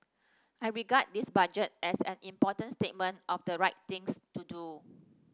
I regard this Budget as an important statement of the right things to do